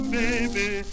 baby